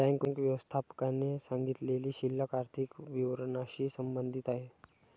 bank व्यवस्थापकाने सांगितलेली शिल्लक आर्थिक विवरणाशी संबंधित आहे